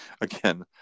Again